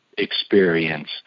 experience